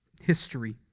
history